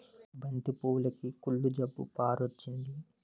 బంతి పువ్వులుకి కుళ్ళు జబ్బు పారొచ్చింది